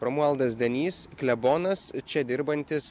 romualdas zdanys klebonas čia dirbantis